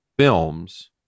films